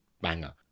Banger